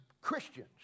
Christians